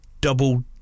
double